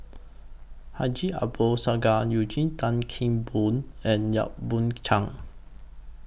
Haji Ambo Sooloh Eugene Tan Kheng Boon and Yap Boon Chuan